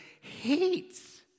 hates